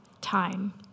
time